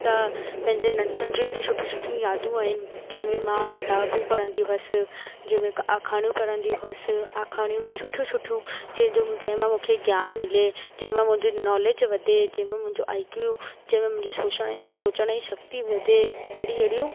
त पंहिंजे नंढपण जी अहिड़ी सुठी सुठी यादूं आहिनि जंहिंमे मां किताबूं पढ़ंदी हुअसि जेमे आखाणियूं पढ़ंदी हुअसि आखाणियूं बि सुठियूं सुठियूं जंहिंजो जंहिंमां मूंखे ज्ञानु मिले जंहिंमां मुंहिंजी नॉलेज वधे जंहिंमे मुंहिंजो आईक्यू जंहिंमें मुंहिंजे सोशण सोचण जी शक्ती वधे अहिड़ी अहिड़ियूं